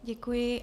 Děkuji.